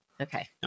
Okay